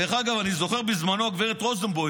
דרך אגב, אני זוכר שבזמנו, גב' רוזנבוים,